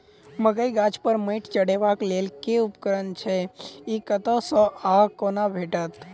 मकई गाछ पर मैंट चढ़ेबाक लेल केँ उपकरण छै? ई कतह सऽ आ कोना भेटत?